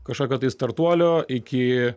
kažkokio tai startuolio iki